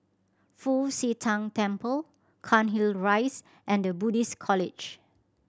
Fu Xi Tang Temple Cairnhill Rise and The Buddhist College